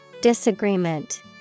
Disagreement